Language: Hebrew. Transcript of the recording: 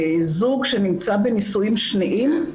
זוג שנמצא בנישואים שניים,